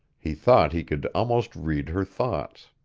he thought he could almost read her thoughts.